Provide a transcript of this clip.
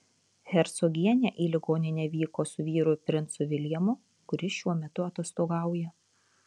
hercogienė į ligoninę vyko su vyru princu viljamu kuris šiuo metu atostogauja